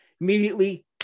Immediately